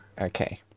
Okay